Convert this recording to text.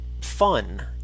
fun